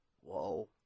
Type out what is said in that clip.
Whoa